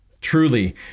truly